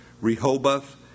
Rehoboth